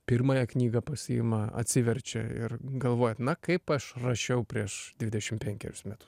pirmąją knygą pasiima atsiverčia ir galvojat na kaip aš rašiau prieš dvidešim penkerius metus